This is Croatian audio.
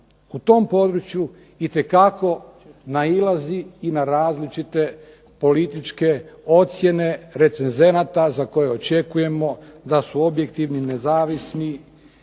u tom području itekako nailazi na različite političke ocjene recenzenata za koje očekujemo da su objektivni, nezavisni